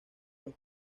los